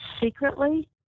secretly